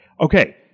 okay